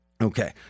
Okay